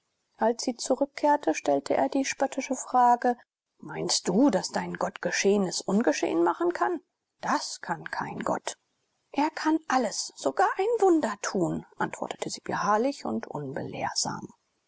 als sie zurückkehrte stellte er die spöttische frage meinst du daß dein gott geschehenes ungeschehen machen kann das kann kein gott er kann alles sogar ein wunder tun antwortete sie beharrlich und unbelehrsam